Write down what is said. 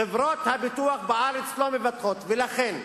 חברות הביטוח בארץ לא מבטחות, ולכן,